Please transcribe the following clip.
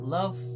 Love